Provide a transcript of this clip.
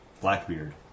Blackbeard